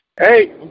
Hey